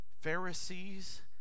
Pharisees